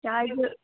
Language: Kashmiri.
کیٛازِ